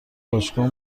باشگاه